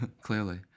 Clearly